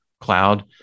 cloud